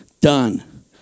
done